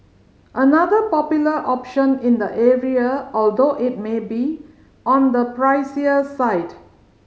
another popular option in the area although it may be on the pricier side